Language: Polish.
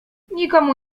nikomu